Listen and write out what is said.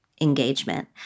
engagement